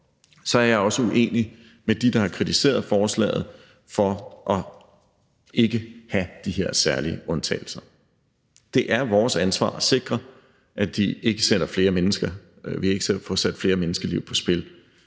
er jeg også uenig med dem, der har kritiseret forslaget for ikke at have de her særlige undtagelser. Det er vores ansvar at sikre, at vi ikke får sat flere menneskeliv på spil,